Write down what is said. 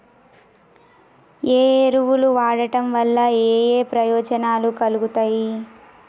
ఏ ఎరువులు వాడటం వల్ల ఏయే ప్రయోజనాలు కలుగుతయి?